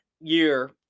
year